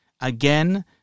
Again